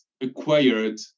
acquired